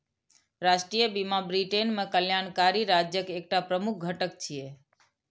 राष्ट्रीय बीमा ब्रिटेन मे कल्याणकारी राज्यक एकटा प्रमुख घटक छियै